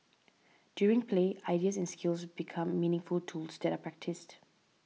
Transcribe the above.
during play ideas and skills become meaningful tools that are practised